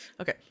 Okay